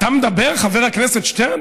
אתה מדבר, חבר הכנסת שטרן?